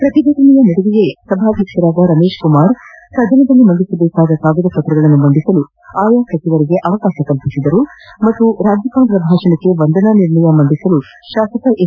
ಪ್ರತಿಭಟನೆಯ ನಡುವೆಯೇ ಸಭಾಧ್ಯಕ್ಷ ರಮೇಶ್ ಕುಮಾರ್ ಸದನದಲ್ಲಿ ಮಂಡಿಸಬೇಕಾದ ಕಾಗದ ಪತ್ರಗಳನ್ನು ಮಂಡಿಸಲು ಆಯಾ ಸಚಿವರಿಗೆ ಅವಕಾಶ ಕಲ್ಪಿಸಿದರು ಮತ್ತು ರಾಜ್ಯಪಾಲರ ಭಾಷಣಕ್ಕೆ ವಂದನಾ ನಿರ್ಣಯ ಮಂದಿಸಲು ಶಾಸಕ ಎಸ್